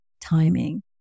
timing